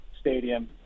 stadium